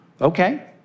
Okay